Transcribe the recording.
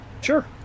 Sure